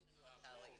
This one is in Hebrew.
אין לנו אתר.